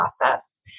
process